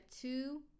two